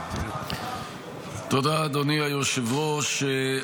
תודה, אדוני היושב-ראש.